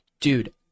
Dude